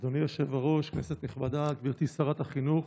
אדוני היושב-ראש, כנסת נכבדה, גברתי שרת החינוך,